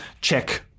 check